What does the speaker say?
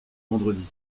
vendredi